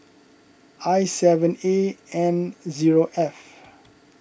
I seven A N zero F